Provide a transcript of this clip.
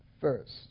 first